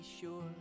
sure